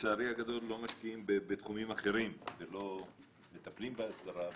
לצערי הגדול לא משקיעים בתחומים אחרים ולא מטפלים בהסדרה הבדואית.